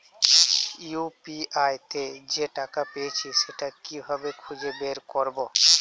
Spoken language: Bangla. ইউ.পি.আই তে যে টাকা পেয়েছি সেটা কিভাবে খুঁজে বের করবো?